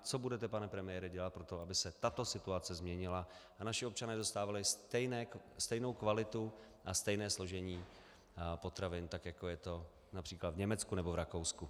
Co budete, pane premiére dělat pro to, aby se tato situace změnila a naši občané dostávali stejnou kvalitu a stejné složení potravin, tak jako je to např. v Německu nebo v Rakousku?